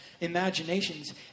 imaginations